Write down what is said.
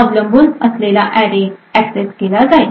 अवलंबून असलेला array access केला जाईल